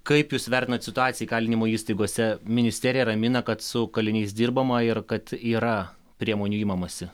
kaip jūs vertinat situaciją įkalinimo įstaigose ministerija ramina kad su kaliniais dirbama ir kad yra priemonių imamasi